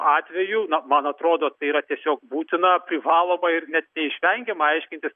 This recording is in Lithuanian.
atvejų na man atrodo tai yra tiesiog būtina privaloma ir net neišvengiama aiškintis